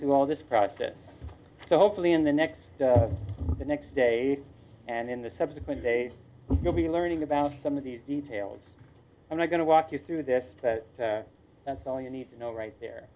through all this process so hopefully in the next the next day and in the subsequent days you'll be learning about some of the details i'm not going to walk you through this that's all you need to know right there